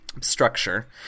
structure